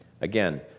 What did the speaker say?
Again